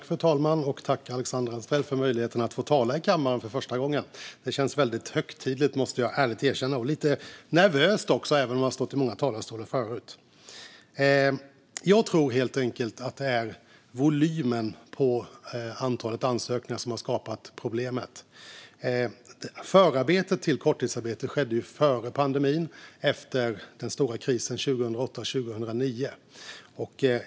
Fru talman! Jag tackar Alexandra Anstrell för möjligheten att få tala i kammaren för första gången. Det känns väldigt högtidligt, måste jag ärligt erkänna, och lite nervöst också, även om jag har stått i många talarstolar förut. Jag tror helt enkelt att det är volymen och antalet ansökningar som har skapat problemet. Förarbetet gällande korttidsarbetet skedde före pandemin, efter den stora krisen 2008-2009.